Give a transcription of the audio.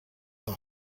the